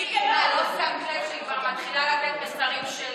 לא שמת לב שהיא מתחילה לתת מספרים של